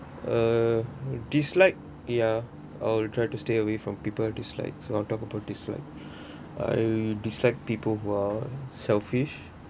uh dislike ya I'll try to stay away from people I dislike so I'll talk about dislike I dislike people who are selfish